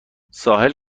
ساحل